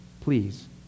Please